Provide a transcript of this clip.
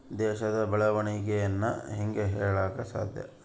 ದೇಶದ ಬೆಳೆವಣಿಗೆನ ಹೇಂಗೆ ಹೇಳಕ ಸಾಧ್ಯ?